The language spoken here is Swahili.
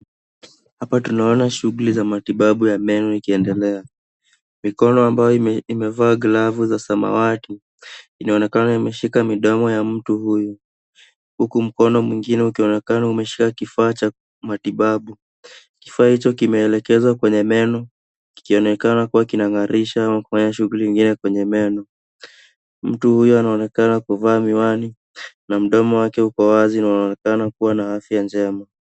Hapa tunaona shughuli za matibabu ya meno ikiendelea. Mikono ambayo imevaa glavu za samawati inaonekana imeshika midomo ya mtu huyu, huku mkono mwingine ukionekana ukishika kifaa cha matibabu. Kifaa hicho kimeelekezwa kwenye meno, kikionekana kuwa kinang'arisha au kufanya shughuli ingine kwenye meno. Mtu huyo anaonekana kuvaa miwani, na mdomo wake uko wazi na unaonekana kuwa na afya njema.